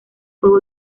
puede